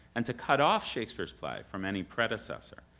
and to cut off shakespeare's play from any predecessor,